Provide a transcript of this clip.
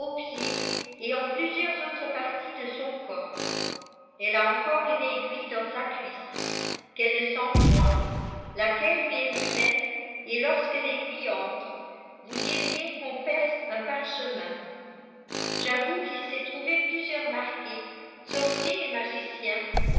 et en plusieurs autres parties de son corps elle a encore une aiguille dans sa cuisse qu'elle ne sent point laquelle lui ai vu mettre et lorsque l'aiguille entre vous diriez qu'on perce un parchemin j'avoue qu'il s'est trouvé plusieurs marqués sorciers et magiciens